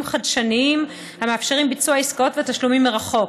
חדשניים המאפשרים ביצוע עסקאות ותשלומים מרחוק.